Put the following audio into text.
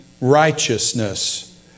righteousness